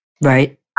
Right